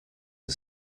are